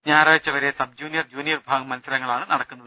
ഞായറാഴ്ച വരെ sub junior junior വിഭാഗം മത്സ രങ്ങളാണ് നടക്കുന്നത്